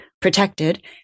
protected